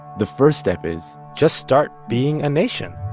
the first step is. just start being a nation.